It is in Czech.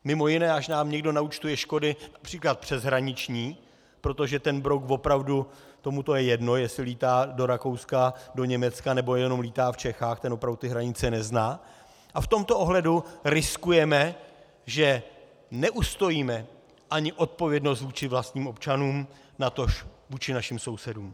Mimo jiné, až nám někdo naúčtuje škody například přeshraniční, protože ten brouk opravdu, tomu je to jedno, jestli lítá do Rakouska, do Německa nebo lítá jenom v Čechách, ten opravdu ty hranice nezná, a v tomto ohledu riskujeme, že neustojíme ani odpovědnost vůči vlastním občanům, natož vůči našim sousedům.